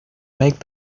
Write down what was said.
make